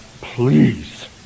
please